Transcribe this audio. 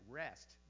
rest